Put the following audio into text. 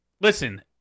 listen